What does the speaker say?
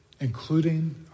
Including